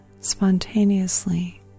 spontaneously